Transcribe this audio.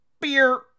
Beer